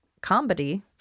Comedy